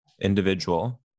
individual